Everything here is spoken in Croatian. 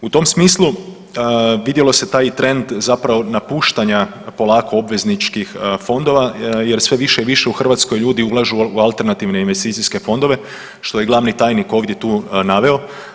U tom smislu vidjelo se taj trend napuštanja polako obvezničkih fondova jer sve više i više u Hrvatskoj ljudi ulažu u alternativne investicijske fondove što je glavni tajnik ovdje tu naveo.